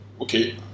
okay